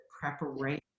preparation